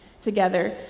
together